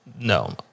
no